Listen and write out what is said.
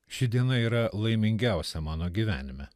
ši diena yra laimingiausia mano gyvenime